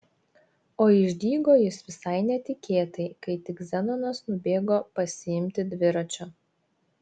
o išdygo jis visai netikėtai kai tik zenonas nubėgo pasiimti dviračio